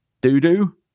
doo-doo